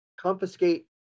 confiscate